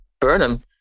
Burnham